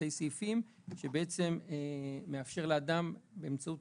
סעיפים שמאפשרים לאדם באמצעות